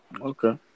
Okay